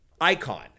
icon